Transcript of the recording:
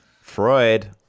Freud